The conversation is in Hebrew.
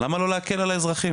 למה לא להקל על האזרחים?